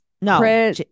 No